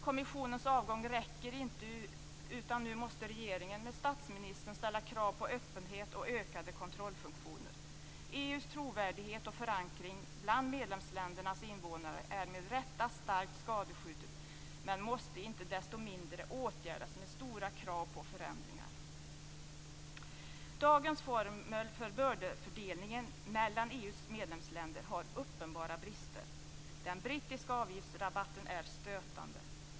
Kommissionens avgång räcker inte, utan nu måste regeringen, med statsministern, ställa krav på öppenhet och ökade kontrollfunktioner. EU:s trovärdighet och förankring bland medlemsländernas invånare är med rätta starkt skadeskjutet men måste inte desto mindre åtgärdas med stora krav på förändringar. Dagens formel för bördefördelning mellan EU:s medlemsländer har uppenbara brister. Den brittiska avgiftsrabatten är stötande.